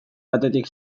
batetik